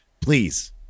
Please